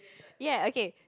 ya okay